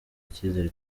icyizere